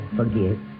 forgive